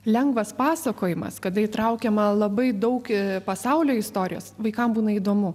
lengvas pasakojimas kada įtraukiama labai daug pasaulio istorijos vaikam būna įdomu